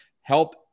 help